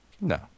No